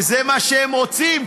וזה מה שהם רוצים,